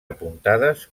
apuntades